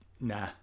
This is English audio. nah